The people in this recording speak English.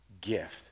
gift